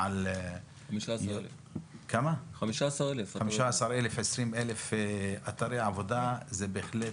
על 15,000 20,000 אתרי עבודה זה בהחלט